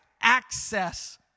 access